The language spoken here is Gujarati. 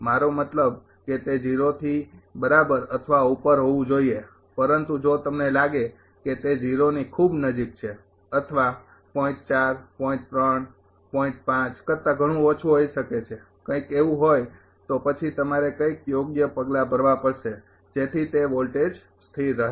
મારો મતલબ કે તે ૦ થી બરાબર અથવા ઉપર હોવું જોઈએ પરંતુ જો તમને લાગે કે તે 0 ની ખૂબ નજીક છે અથવા કરતા ઘણું ઓછું હોઈ શકે છે કઇંક એવું હોય તો પછી તમારે કંઈક યોગ્ય પગલા ભરવા પડશે જેથી તે વોલ્ટેજ સ્થિર રહે